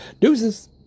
Deuces